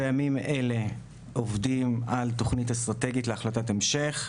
בימים אלה אנחנו עובדים על תוכנית אסטרטגית להחלטת המשך.